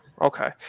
okay